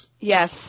Yes